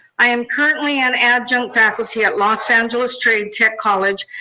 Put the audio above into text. i am currently an adjunct faculty at los angeles trade tech college,